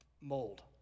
mold